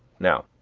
now,